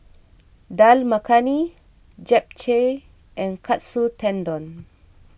Dal Makhani Japchae and Katsu Tendon